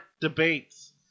debates